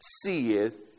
seeth